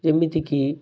ଯେମିତିକି